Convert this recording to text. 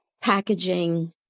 packaging